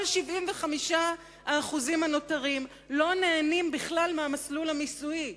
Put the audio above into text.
כל ה-75% הנותרים לא נהנים בכלל מהמסלול המיסויי,